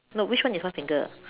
no which one is one finger